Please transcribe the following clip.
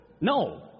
No